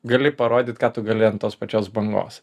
gali parodyt ką tu gali ant tos pačios bangos